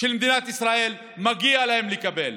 של מדינת ישראל, מגיע להם לקבל